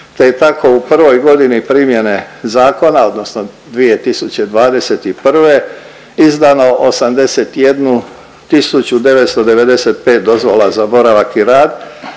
te je tako u prvoj godini primjene zakona odnosno 2021. izdano 81.995 dozvola za boravak i rad